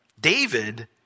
David